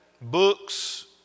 Books